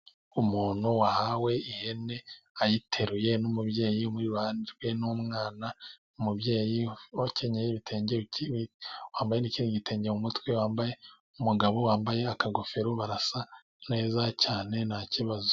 umuntu wahawe ihene ayiteruye n'umubyeyi we batumiwe n'umwana .Umubyeyi ubakenyeye ibitenge ,wambaye n' ikindi gitenge mu mutwe , Umugabo wambaye akagofero barasa neza cyane nta kibazo.